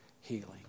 healing